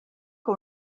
que